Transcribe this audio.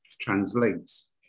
translates